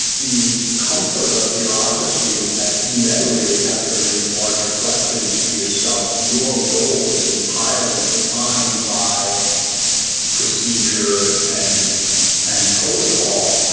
the comfort of bureaucracy is that you never really have to raise larger questions for yourself. your role is entirely defined by procedure and and protocol.